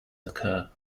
occur